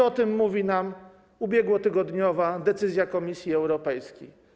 O tym mówi nam ubiegłotygodniowa decyzja Komisji Europejskiej.